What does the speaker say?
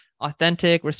authentic